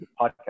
podcast